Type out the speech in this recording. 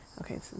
Okay